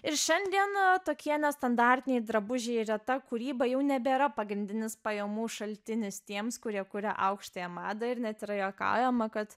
ir šiandien tokie nestandartiniai drabužiai reta kūryba jau nebėra pagrindinis pajamų šaltinis tiems kurie kuria aukštąją madą ir net yra juokaujama kad